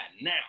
now